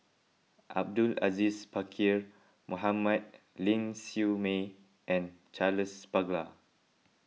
Abdul Aziz Pakkeer Mohamed Ling Siew May and Charles Paglar